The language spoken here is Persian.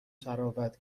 تراود